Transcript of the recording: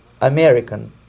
American